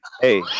hey